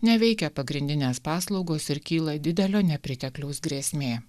neveikia pagrindinės paslaugos ir kyla didelio nepritekliaus grėsmė